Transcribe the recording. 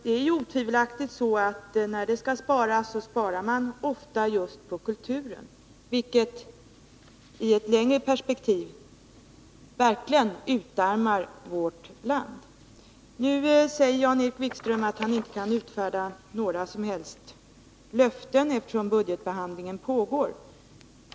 Det är otvivelaktigt så, att man när det skall sparas ofta spar just då det gäller kulturen, vilket i ett längre perspektiv verkligen utarmar vårt land. Nu säger Jan-Erik Wikström att han inte kan ge några som helst löften, eftersom budgetbehandlingen pågår.